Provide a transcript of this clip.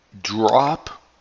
drop